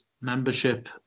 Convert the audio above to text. membership